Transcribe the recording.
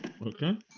Okay